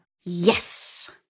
Yes